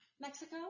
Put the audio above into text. mexico